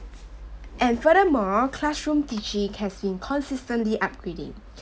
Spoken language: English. and furthermore classroom teaching has been consistently upgrading